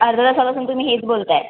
अर्धा तसापासून तुम्ही हेच बोलत आहे